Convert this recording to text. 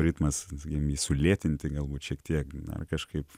ritmas sakykim jį sulėtinti galbūt šiek tiek na kažkaip